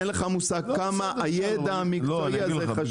אין לך מושג כמה הידע המקצועי הזה חשוב.